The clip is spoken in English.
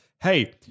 hey